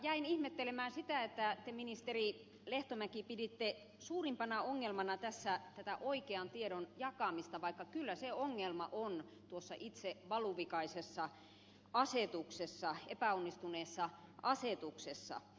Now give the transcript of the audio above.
jäin ihmettelemään sitä että te ministeri lehtomäki piditte suurimpana ongelmana tässä tätä oikean tiedon jakamista vaikka kyllä se ongelma on tuossa itse valuvikaisessa asetuksessa epäonnistuneessa asetuksessa